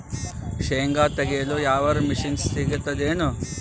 ಶೇಂಗಾ ತೆಗೆಯಲು ಯಾವರ ಮಷಿನ್ ಸಿಗತೆದೇನು?